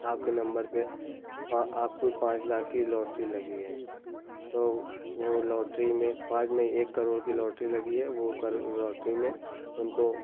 आपके नम्बर पर पा आपको पाँच लाख की लॉटरी लगी है तो वो लॉटरी में पाँच नहीं एक करोड़ की लॉटरी लगी है वो कर लॉटरी में उनको